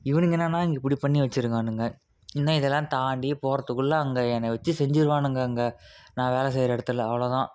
இவனுங்க என்னன்னா இப்படி பண்ணி வச்சுருக்கானுங்க இன்னும் இதெல்லாம் தாண்டி போகறதுக்குள்ள அங்கே என்னை வச்சு செஞ்சுருவானுங்க அங்கே நான் வேலை செய்யற இடத்துல அவ்ளோ தான்